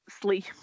sleep